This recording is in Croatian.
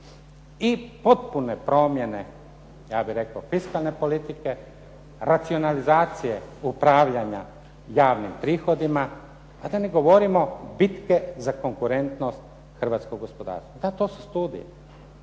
i potpune promjene, ja bih rekao, fiskalne politike, racionalizacije, upravljanja javnim prihodima, a da ne govorimo bitke za konkurentnost hrvatskog gospodarstva. Da, to su studije.